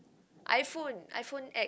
i-Phone i-Phone X